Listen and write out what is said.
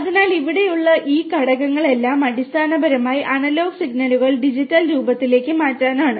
അതിനാൽ ഇവിടെയുള്ള ഈ ഘടകങ്ങളെല്ലാം അടിസ്ഥാനപരമായി അനലോഗ് സിഗ്നലുകൾ ഡിജിറ്റൽ രൂപത്തിലേക്ക് മാറ്റാനാണ്